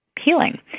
healing